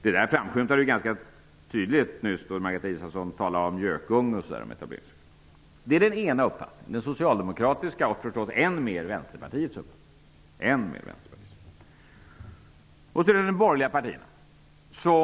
Det där märktes ganska tydligt nyss då Margareta Israelsson kallade etableringsfriheten en gökunge. -- Detta är den ena uppfattningen, Socialdemokraternas och naturligtvis än mer Vänsterpartiets. Den andra uppfattningen är de borgerliga partiernas.